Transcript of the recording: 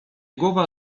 głowa